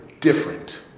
Different